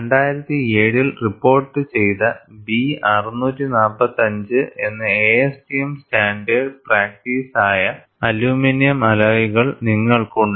2007 ൽ റിപ്പോർട്ട് ചെയ്ത B645 എന്ന ASTM സ്റ്റാൻഡേർഡ് പ്രാക്ടീസായ അലുമിനിയം അലോയ്കൾ നിങ്ങൾക്ക് ഉണ്ട്